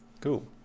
Cool